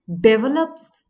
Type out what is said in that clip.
develops